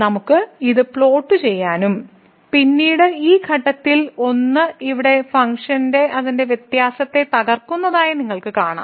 നമുക്ക് ഇത് പ്ലോട്ട് ചെയ്യാനും പിന്നീട് ഈ ഘട്ടത്തിൽ 1 ഇവിടെ ഫംഗ്ഷൻ അതിന്റെ വ്യത്യാസത്തെ തകർക്കുന്നതായി നിങ്ങൾക്ക് കാണാം